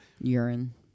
Urine